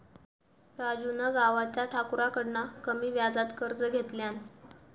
राजून गावच्या ठाकुराकडना कमी व्याजात कर्ज घेतल्यान